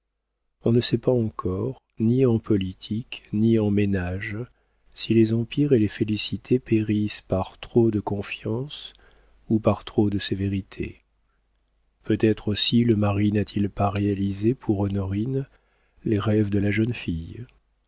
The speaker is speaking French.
on ne sait pas encore ni en politique ni en ménage si les empires et les félicités périssent par trop de confiance ou par trop de sévérité peut-être aussi le mari n'a-t-il pas réalisé pour honorine les rêves de la jeune fille